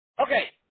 Okay